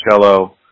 cello